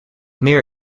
meer